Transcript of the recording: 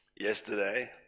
yesterday